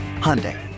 Hyundai